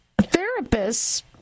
therapists